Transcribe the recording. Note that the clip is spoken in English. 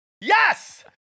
yes